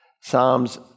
Psalms